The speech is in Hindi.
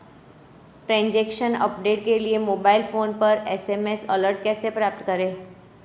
ट्रैन्ज़ैक्शन अपडेट के लिए मोबाइल फोन पर एस.एम.एस अलर्ट कैसे प्राप्त करें?